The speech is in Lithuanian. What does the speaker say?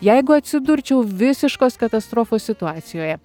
jeigu atsidurčiau visiškos katastrofos situacijoje